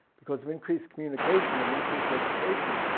because of increased communication and increased education,